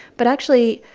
but actually,